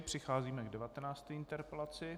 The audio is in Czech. Přicházíme k 19. interpelaci.